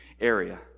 area